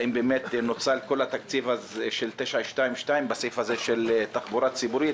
האם באמת נוצל כל התקציב של 922 בסעיף הזה של תחבורה ציבורית?